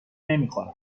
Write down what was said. نمیخورن